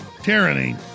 Tyranny